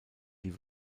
die